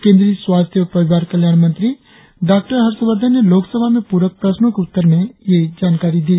केंद्रीय स्वास्थ्य और परिवार कल्याण मंत्री डॉ हर्षवर्धन ने लोकसभा में पूरक प्रश्नों के उत्तर में हुए ये जानकारी दी